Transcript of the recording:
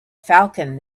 falcon